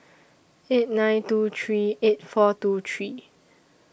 eight nine two three eight four two three